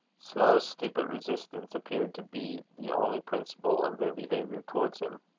slow, stupid, resistance appeared to be the only principle of their behaviour towards him.